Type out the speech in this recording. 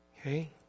Okay